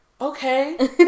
okay